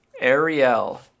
Ariel